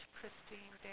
Christine